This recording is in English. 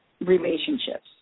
relationships